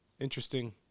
interesting